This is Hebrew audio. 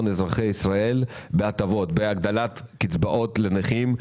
אזרחי ישראל בהטבות בהגדלת קצבאות לנכים,